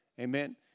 amen